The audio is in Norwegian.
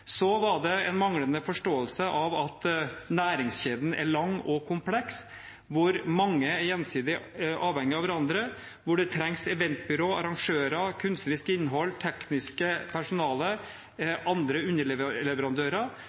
Så var det en manglende forståelse av at næringskjeden er lang og kompleks, hvor mange er gjensidig avhengig av hverandre, hvor det trengs eventbyrå, arrangører, kunstnerisk innhold, teknisk personale og andre underleverandører.